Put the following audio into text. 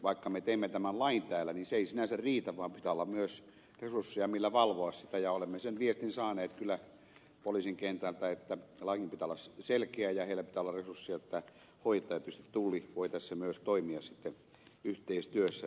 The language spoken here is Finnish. vaikka me teemme tämän lain täällä se ei sinänsä riitä vaan pitää olla myös resursseja millä valvoa sitä ja olemme sen viestin saaneet kyllä poliisin kentältä että lain pitää olla selkeä ja heillä pitää olla resursseja tätä hoitaa ja tulli voi tässä myös toimia sitten yhteistyössä